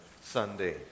Sunday